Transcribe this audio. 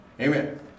amen